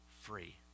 free